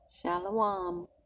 Shalom